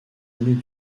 années